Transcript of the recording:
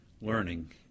Learning